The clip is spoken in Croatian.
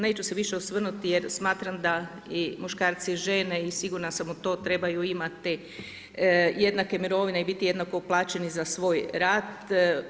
Neće se više osvrnuti, jer smatram da i muškarci i žene i sigurna sam u to, trebaju imati jednake mirovine i biti jednako plaćeni za svoj rad.